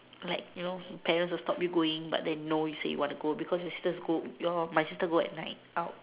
like you know parents will stop you going but then no you say no you want to go because your my sisters going at night out